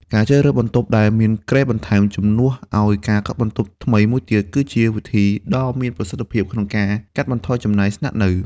ការជ្រើសរើសបន្ទប់ដែលមានគ្រែបន្ថែម ជំនួសឱ្យការកក់បន្ទប់ថ្មីមួយទៀត គឺជាវិធីដ៏មានប្រសិទ្ធភាពក្នុងការកាត់បន្ថយចំណាយស្នាក់នៅ។